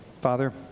Father